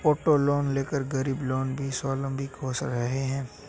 auto loan लेकर गरीब लोग भी स्वावलम्बी हो रहे हैं